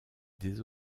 des